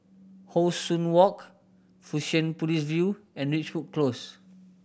How Sun Walk Fusionopolis View and Ridgewood Close